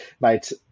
mate